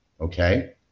okay